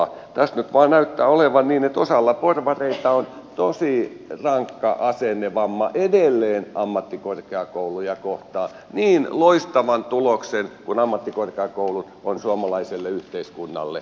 tässä nyt vain näyttää olevan niin että osalla porvareita on tosi rankka asennevamma edelleen ammattikorkeakouluja kohtaan niin loistavan tuloksen kuin ammattikorkeakoulut ovatkin suomalaiselle yhteiskunnalle antaneet